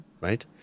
right